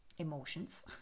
emotions